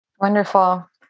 Wonderful